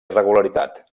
regularitat